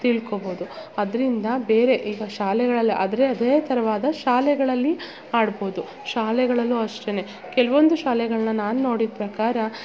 ತಿಳ್ಕೋಬೋದು ಅದರಿಂದ ಬೇರೆ ಈಗ ಶಾಲೆಗಳಲ್ಲಿ ಆದರೆ ಅದೇ ತರವಾದ ಶಾಲೆಗಳಲ್ಲಿ ಆಡ್ಬೋದು ಶಾಲೆಗಳಲ್ಲು ಅಷ್ಟೆ ಕೆಲವೊಂದು ಶಾಲೆಗಳನ್ನ ನಾನು ನೋಡಿದ ಪ್ರಕಾರ